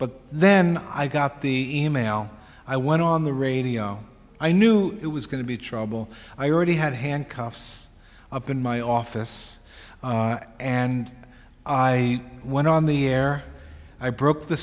but then i got the e mail i want on the radio i knew it was going to be trouble i already had handcuffs up in my office and i went on the air i broke the